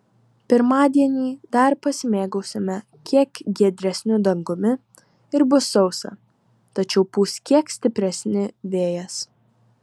pirmadienį dar pasimėgausime kiek giedresniu dangumi ir bus sausa tačiau pūs kiek stipresni vėjas